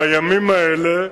בימים האלה,